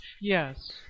Yes